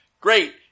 Great